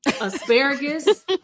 Asparagus